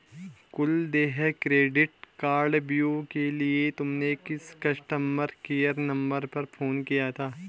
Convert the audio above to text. कुल देय क्रेडिट कार्डव्यू के लिए तुमने किस कस्टमर केयर नंबर पर फोन किया था?